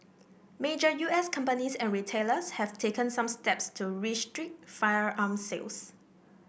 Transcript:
major U S companies and retailers have taken some steps to restrict firearm sales